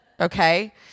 okay